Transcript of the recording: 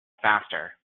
faster